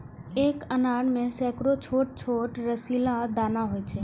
एक अनार मे सैकड़ो छोट छोट रसीला दाना होइ छै